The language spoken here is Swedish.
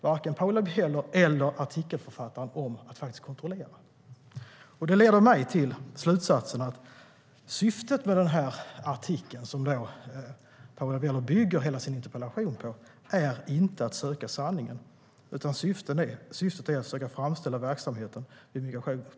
Varken Paula Bieler eller artikelförfattaren bryr sig om att kontrollera någonting av detta. Det leder mig till slutsatsen att syftet med den artikel som Paula Bieler bygger hela sin interpellation på inte är att söka sanningen, utan syftet är att försöka ställa Migrationsverkets verksamhet i dålig dager.